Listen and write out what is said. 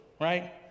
right